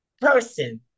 person